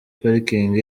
parking